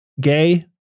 gay